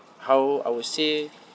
how I would say